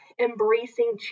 embracing